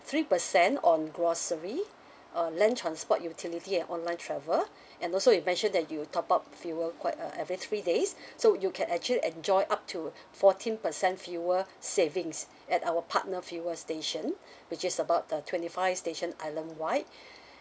three percent on grocery uh land transport utility and online travel and also you mentioned that you'll top up fuel quite uh every three days so you can actually enjoy up to fourteen percent fuel savings at our partner fuel station which is about the twenty five station island wide